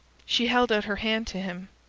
she held out her hand to him.